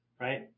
right